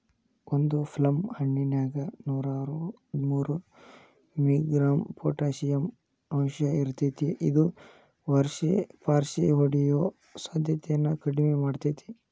ಒಂದು ಪ್ಲಮ್ ಹಣ್ಣಿನ್ಯಾಗ ನೂರಾಹದ್ಮೂರು ಮಿ.ಗ್ರಾಂ ಪೊಟಾಷಿಯಂ ಅಂಶಇರ್ತೇತಿ ಇದು ಪಾರ್ಷಿಹೊಡಿಯೋ ಸಾಧ್ಯತೆನ ಕಡಿಮಿ ಮಾಡ್ತೆತಿ